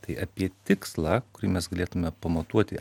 tai apie tikslą kurį mes galėtume pamatuoti